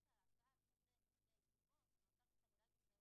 רציתי להגיד שבתור אימא אני חושבת שבני